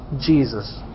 Jesus